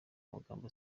amagambo